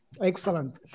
Excellent